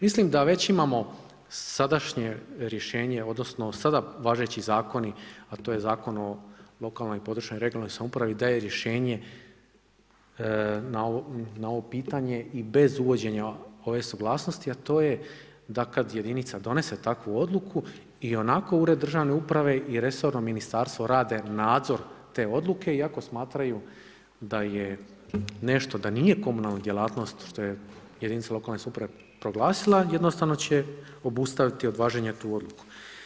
Mislim da već imamo sadašnje rješenje, odnosno sada važeći zakoni a to je Zakon o lokalnoj i područnoj (regionalnoj) samoupravi daje rješenje na ovo pitanje i bez uvođenja ove suglasnosti a to je da kad jedinica donese takvu odluku i onako Ured državne uprave i resorno Ministarstvo rade nadzor te odluke iako smatraju da je, nešto da nije komunalna djelatnost što je jedinica lokalne samouprave proglasila jednostavno će obustaviti od važenja tu odluku.